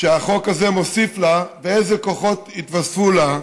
שהחוק הזה מוסיף לה, ואיזה כוחות יתווספו לה?